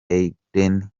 eden